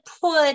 put